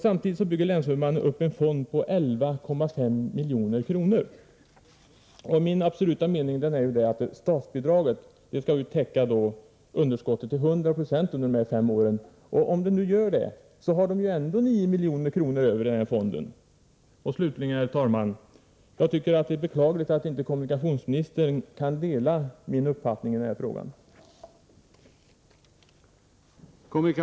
Samtidigt bygger länshuvudmannen upp en fond på II,5 milj.kr. Min absoluta mening är att statsbidraget skall täcka underskottet till 100 96 under dessa fem år. Och om statsbidraget gör det, finns det ändå 9 milj.kr. över i fonden. Slutligen, herr talman! Jag tycker att det är beklagligt att kommunikationsministern inte delar min uppfattning i denna fråga.